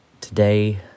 today